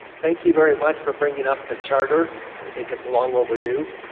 thank you very much for bringing up the charter, i think it's long overdue.